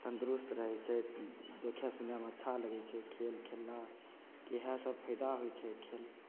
तन्दुरुस्त रहय छै देखय सुनयमे अच्छा लगय छै खेल खेललाके इएह सब फायदा होइ छै खेल